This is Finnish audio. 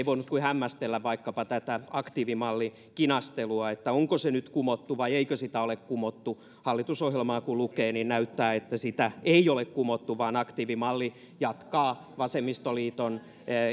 voinut kuin hämmästellä vaikkapa tätä aktiivimallikinastelua että onko se nyt kumottu vai eikö sitä ole kumottu hallitusohjelmaa kun lukee niin näyttää että sitä ei ole kumottu vaan aktiivimalli jatkaa vasemmistoliiton